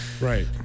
Right